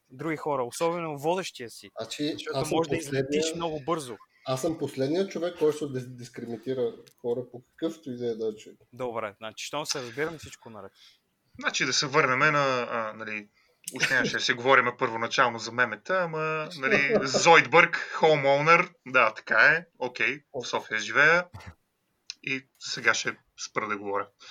други хора, особено водещия си, Значи, защото аз съм може да последния- излетиш много бързо. аз съм последният човек, който ще дис- дискриминира хора по къвто и да е начин. Добре, значи, щом се разбираме, всичко наред. Значи да се върнеме на, а, нали, уж нямаше да си говориме първоначално за мемета, ама, нали, Зойдбърг, homeowner, да, така е, окей, в София живея. И сега ще спра да говоря.